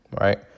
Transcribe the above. right